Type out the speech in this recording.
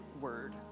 word